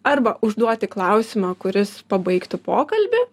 arba užduoti klausimą kuris pabaigtų pokalbį